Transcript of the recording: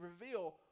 reveal